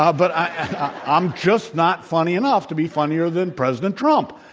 ah but i'm just not funny enough to be funnier than president trump.